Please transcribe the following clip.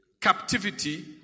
captivity